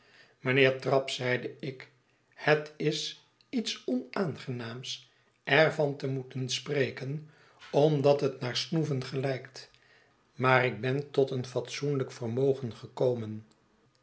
mijnheer trabb zeide ik het is iets onaangenaams er van te moeten spreken omdat het naar snoeven gelijkt maar ik ben tot een fatsoenlijk vermogen gekomen